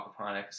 aquaponics